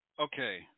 Okay